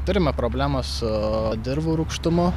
turime problemą su dirvų rūgštumu